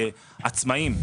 עצמאים,